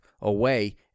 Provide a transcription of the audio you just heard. away